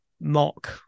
mock